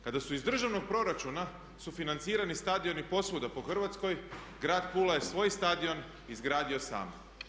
Kada su iz državnog proračuna sufinancirani stadioni posvuda po Hrvatskoj grad Pula je svoj stadion izgradio sam.